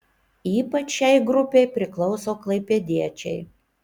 ypač šiai grupei priklauso klaipėdiečiai